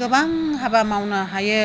गोबां हाबा मावनो हायो